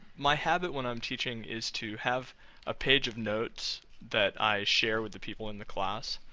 my habit when i'm teaching is to have a page of notes that i share with the people in the class.